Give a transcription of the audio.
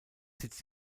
sitz